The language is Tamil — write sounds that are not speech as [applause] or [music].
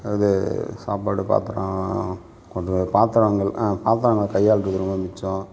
அது சாப்பாடு பாத்திரம் கொண்டு [unintelligible] பாத்திரங்கள் பாத்திரங்களை கையாளுறது ரொம்ப மிச்சம்